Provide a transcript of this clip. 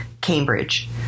Cambridge